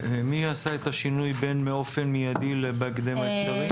מי עשה את השינוי בין "באופן מיידי" ל"בהקדם האפשרי"?